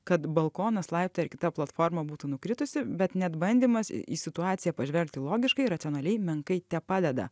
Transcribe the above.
kad balkonas laiptai ar kita platforma būtų nukritusi bet net bandymas į situaciją pažvelgti logiškai racionaliai menkai tepadeda